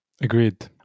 Agreed